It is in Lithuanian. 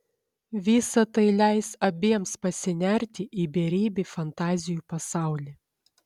visa tai leis abiems pasinerti į beribį fantazijų pasaulį